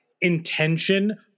intention